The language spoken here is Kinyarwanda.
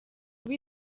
kuba